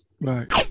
Right